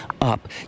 up